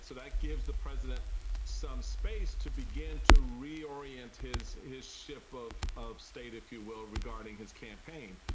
so that gives the president some space to begin to reorient his his ship of of state, if you will, regarding his campaign.